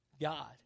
God